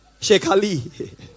Shekali